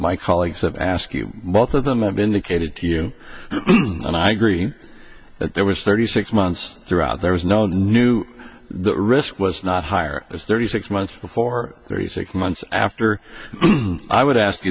my colleagues have ask you both of them have indicated to you and i agree that there was thirty six months throughout there was no new the risk was not hire as thirty six months before thirty six months after i would ask you